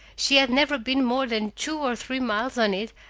she had never been more than two or three miles on it,